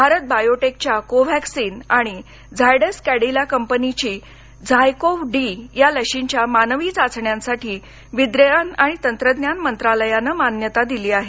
भारत बायोटेकच्या कोव्हॅक्सीन आणि झायडस कॅडीला कंपनीची झाय कोव्ह डी ह्या लशींच्या मानवी चाचण्यांसाठी विज्ञान आणि तंत्रज्ञान मंत्रालायानं मान्यता दिली आहे